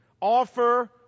offer